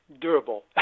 durable